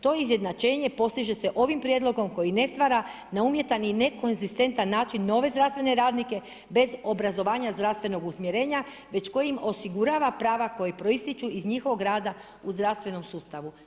To izjednačenje postiže se ovim prijedlogom koji ne stvara na umjetan i nekonzistentan način nove zdravstvene radnike, bez obrazovanja zdravstvenog usmjerenja, već kojim osigurava prava koje proističu iz njihovog rada u zdravstvenom sustavu.